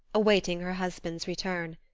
awaiting her husband's return.